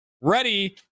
Ready